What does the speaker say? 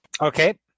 Okay